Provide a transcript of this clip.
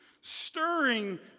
stirring